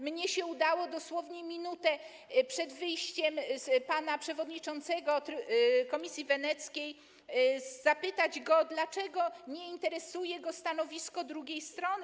Mnie udało się dosłownie minutę przed wyjściem pana przewodniczącego Komisji Weneckiej zapytać go, dlaczego nie interesuje go stanowisko drugiej strony.